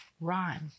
rhyme